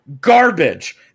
garbage